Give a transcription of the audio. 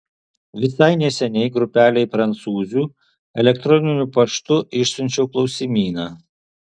visai neseniai grupelei prancūzių elektroniniu paštu išsiunčiau klausimyną